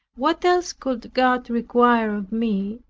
what else could god require of me,